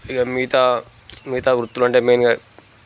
ఇక మిగతా మిగతా వృత్తులంటే మెయిన్గా